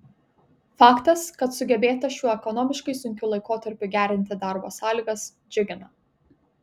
faktas kad sugebėta šiuo ekonomiškai sunkiu laikotarpiu gerinti darbo sąlygas džiugina